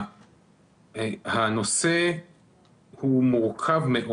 הנושא הוא מורכב מאוד.